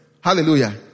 Hallelujah